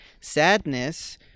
sadness